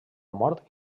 mort